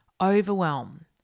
overwhelm